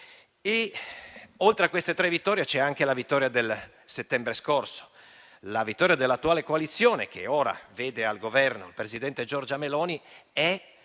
Oltre a queste tre vittorie, c'è stata anche la vittoria del settembre scorso. La vittoria dell'attuale coalizione che ora vede al Governo il presidente Giorgia Meloni è